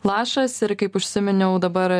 lašas ir kaip užsiminiau dabar